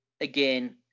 again